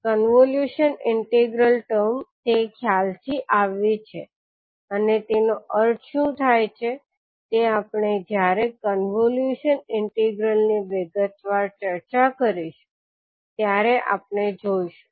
convolution integral term તે ખ્યાલથી આવી છે અને તેનો અર્થ શું થાય છે તે આપણે જ્યારે કોન્વોલ્યુશન ઇન્ટિગ્રલની વિગતવાર ચર્ચા કરીશું ત્યારે આપણે જોઇશું